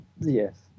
Yes